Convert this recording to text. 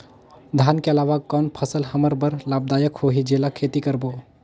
धान के अलावा कौन फसल हमर बर लाभदायक होही जेला खेती करबो?